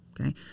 Okay